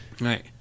Right